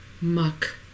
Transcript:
Muck